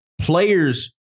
players